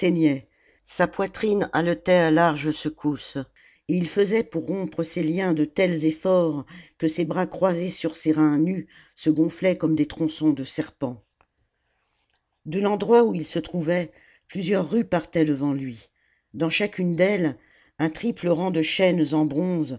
sa poitrine haletait à larges secousses et il faisait pour rompre ses liens de tels efforts que ses bras croisés sur ses reins nus se gonflaient comme des tronçons de serpent de l'endroit où il se trouvait plusieurs rues partaient devant lui dans chacune d'elles un triple rang de chaînes en bronze